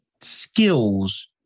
skills